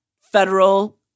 federal